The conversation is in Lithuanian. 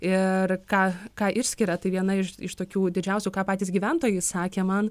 ir ką ką išskiria tai viena iš iš tokių didžiausių ką patys gyventojai sakė man